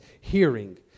hearing